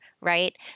right